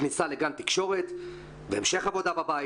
כניסה לגן תקשורת והמשך עבודה בבית,